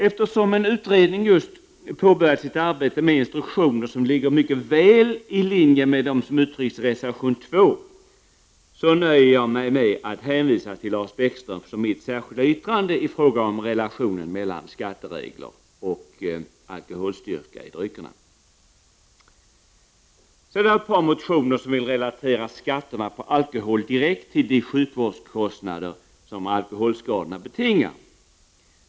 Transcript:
Eftersom en utredning just påbörjat sitt arbete med instruktioner som ligger väl i linje med dem som uttrycks i reservation 2, nöjer jag mig med att hänvisa till Lars Bäckströms och mitt särskilda yttrande i fråga om relation mellan skatteregler och alkoholstyrka i dryckerna. I ett par motioner vill man relatera skatterna på alkohol direkt till de sjukvårdskostnader som alkoholskadorna betingar.